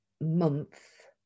month